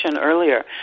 earlier